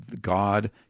God